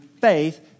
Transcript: faith